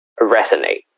resonate